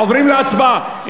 עוברים להצבעה.